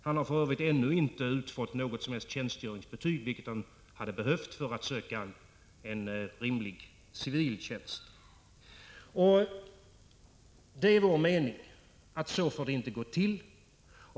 Han har för övrigt ännu inte utfått något som helst tjänstgöringsbetyg, vilket han hade behövt för att söka en rimlig civil tjänst. Det är vår mening att så får det inte gå till.